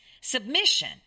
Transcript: submission